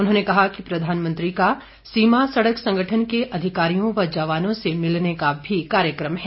उन्होंने कहा कि प्रधानमंत्री का सीमा सड़क संगठन के अधिकारियों व जवानों से मिलने का भी कार्यक्रम है